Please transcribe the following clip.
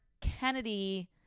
Kennedy